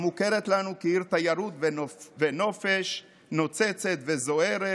המוכרת לנו כעיר תיירות ונופש נוצצת וזוהרת,